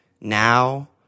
now